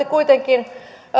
kuitenkin